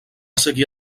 seguir